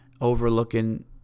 overlooking